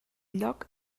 lloc